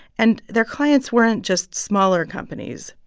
and their clients weren't just smaller companies,